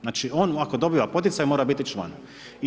Znači on ako dobiva poticaj mora biti član.